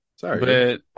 sorry